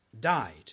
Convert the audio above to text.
died